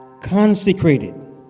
consecrated